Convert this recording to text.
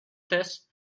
this